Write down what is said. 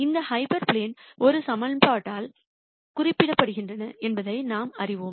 இந்த hyperplane ஒரு சமன்பாட்டால் குறிக்கப்படுகின்றன என்பதை நாம் அறிவோம்